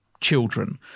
children